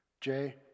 Jay